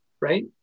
right